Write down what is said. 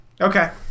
Okay